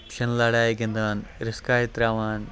شِنہٕ لَڑایہِ گِنٛدان رِسکاے ترٛاوان